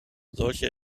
solche